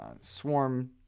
swarm